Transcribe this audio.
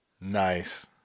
Nice